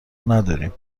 نداریم